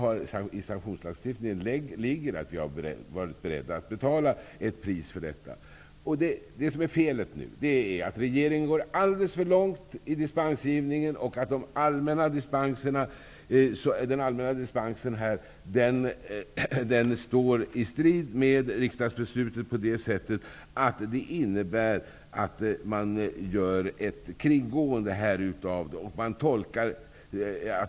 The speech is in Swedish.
I sanktionslagstiftningen ligger att vi har varit beredda att betala ett pris för sanktionerna. Felet är att regeringen går alldeles för långt i dispensgivningen. Den allmänna dispensen står i strid med riksdagsbeslutet, eftersom det innebär ett kringgående av bestämmelserna.